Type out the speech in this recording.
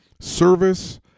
Service